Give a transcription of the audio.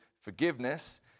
forgiveness